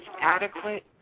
adequate